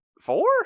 four